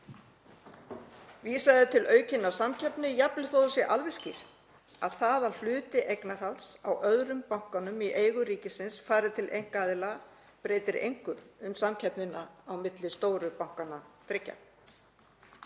Vísað er til aukinnar samkeppni jafnvel þó að það sé alveg skýrt að það að hluti eignarhalds á öðrum bankanum í eigu ríkisins fari til einkaaðila breytir engu um samkeppnina á milli stóru bankanna þriggja.